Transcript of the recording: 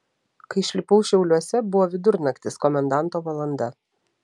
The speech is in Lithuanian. kai išlipau šiauliuose buvo vidurnaktis komendanto valanda